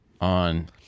on